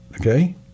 Okay